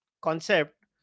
concept